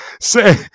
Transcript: say